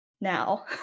now